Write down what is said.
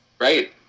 Right